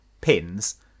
pins